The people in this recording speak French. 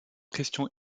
questions